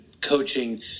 coaching